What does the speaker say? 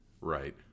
right